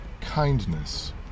kindness